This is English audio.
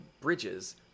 bridges